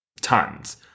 tons